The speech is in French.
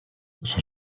son